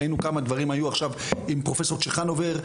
ראינו כמה דברים היו עכשיו עם פרופ' צ'חנובר,